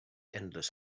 endless